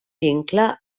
vincle